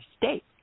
state